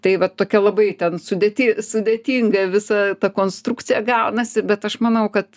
tai vat tokia labai ten sudėti sudėtinga visa ta konstrukcija gaunasi bet aš manau kad